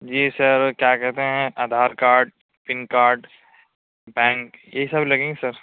جی sir کیا کہتے ہیں Aadhaar card PAN card bank یہی سب لگیں گے سر